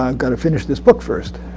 um got to finish this book first.